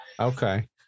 Okay